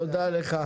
תודה לך.